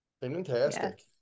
Fantastic